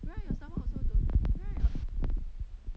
right your stomach also not good right